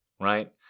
right